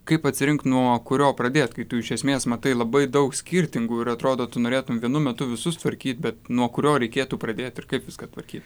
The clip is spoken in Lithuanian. kaip atsirinkt nuo kurio pradėt kai tu iš esmės matai labai daug skirtingų ir atrodo tu norėtum vienu metu visus tvarkyt bet nuo kurio reikėtų pradėt ir kaip viską tvarkyt